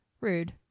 Rude